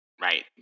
Right